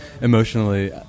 emotionally